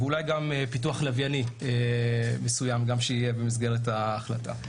ואולי גם פיתוח לווייני מסוים שיהיה במסגרת ההחלטה.